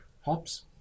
hops